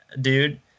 dude